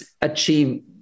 achieve